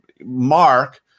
mark